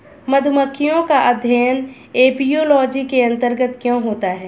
मधुमक्खियों का अध्ययन एपियोलॉजी के अंतर्गत क्यों होता है?